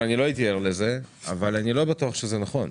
ער לזה אבל אני לא בטוח שזה נכון.